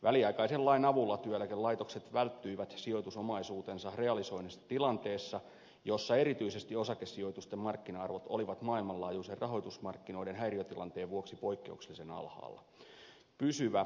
väliaikaisen lain avulla työeläkelaitokset välttyivät sijoitusomaisuutensa realisoimisesta tilanteessa jossa erityisesti osakesijoitusten markkina arvot olivat maailmanlaajuisen rahoitusmarkkinoiden häiriötilanteen vuoksi poikkeuksellisen alhaalla